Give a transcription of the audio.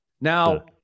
now